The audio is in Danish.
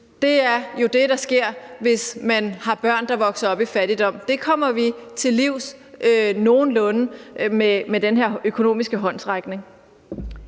Det er jo det, der sker, hvis børn vokser op i fattigdom, og det kommer vi nogenlunde til livs med den her økonomiske håndsrækning.